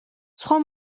სხვა